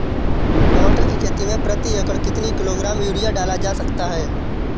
टमाटर की खेती में प्रति एकड़ कितनी किलो ग्राम यूरिया डाला जा सकता है?